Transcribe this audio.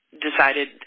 decided